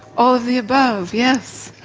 all of the above, yes.